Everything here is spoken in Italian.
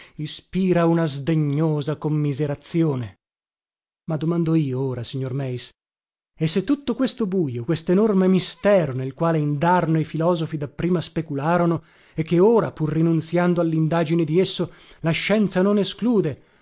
ispira una sdegnosa commiserazione ma domando io ora signor meis e se tutto questo bujo questenorme mistero nel quale indarno i filosofi dapprima specularono e che ora pur rinunziando allindagine di esso la scienza non esclude